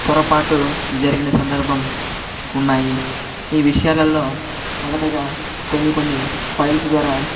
పొరపాటు జరిగిన సందర్భం ఉన్నాయి ఈ విషయాలల్లో మొదటగా కొన్ని కొన్ని ఫైల్స్ ద్వారా